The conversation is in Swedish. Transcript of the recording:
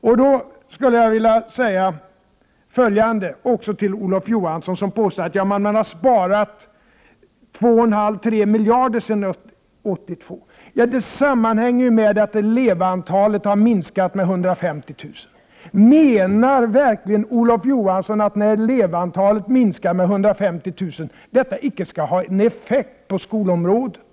Därför vill jag säga följande också till Olof Johansson, som påstod att man har sparat 2,5 — 3 miljarder kronor sedan 1982. Den besparingen sammanhänger ju med att elevantalet har minskat med 150 000. Menar verkligen Olof Johansson att ett minskat elevantal om 150 000 inte skall ha någon effekt på skolområdet?